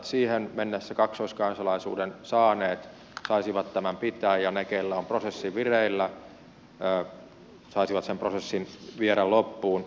siihen mennessä kaksoiskansalaisuuden saaneet saisivat tämän pitää ja he keillä on prosessi vireillä saisivat sen prosessin viedä loppuun